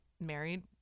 married